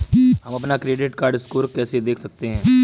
हम अपना credit score कैसे देख सकते हैं?